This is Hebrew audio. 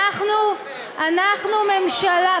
אנחנו ממשלה,